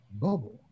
bubble